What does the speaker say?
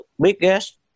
biggest